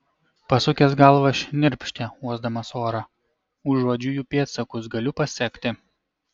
pasukęs galvą šnirpštė uosdamas orą užuodžiu jų pėdsakus galiu pasekti